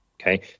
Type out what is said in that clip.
okay